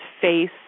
face